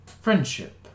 friendship